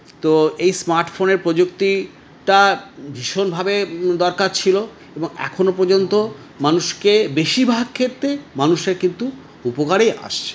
তো এই স্মার্টফোনের প্রযুক্তিটা ভীষণভাবে দরকার ছিল এবং এখনও পর্যন্ত মানুষকে বেশিরভাগ ক্ষেত্রে মানুষের কিন্তু উপকারেই আসছে